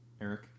Eric